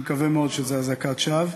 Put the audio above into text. אני מקווה מאוד שזו אזעקת שווא.